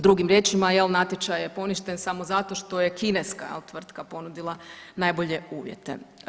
Drugim riječima jel natječaj je poništen samo zato što je kineska tvrtka jel ponudila najbolje uvjete.